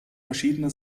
verschiedene